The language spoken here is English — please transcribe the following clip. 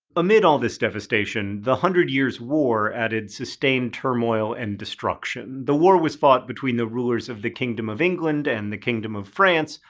amid all this devastation, the hundred years war added sustained turmoil and destruction. the war was fought between the rulers of the kingdom of england and the kingdom of france,